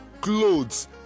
clothes